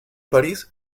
parís